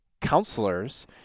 counselors